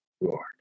Lord